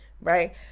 right